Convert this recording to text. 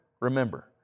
remember